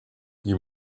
you